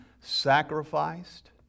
sacrificed